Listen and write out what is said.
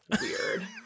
weird